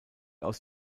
aus